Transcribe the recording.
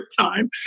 time